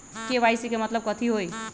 KYC के मतलब कथी होई?